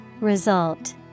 Result